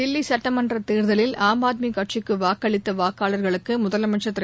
தில்லி சுட்டமன்ற தேர்தலில் ஆம் ஆத்மி கட்சிக்கு வாக்களித்த வாக்காளர்களுக்கு முதலமைச்சர் திரு